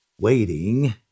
Waiting